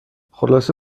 خلاصه